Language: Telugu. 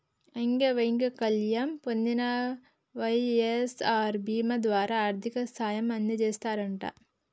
అంగవైకల్యం పొందిన వై.ఎస్.ఆర్ బీమా ద్వారా ఆర్థిక సాయం అందజేస్తారట